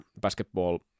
basketball